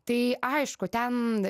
tai aišku ten